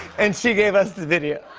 and she gave us the video.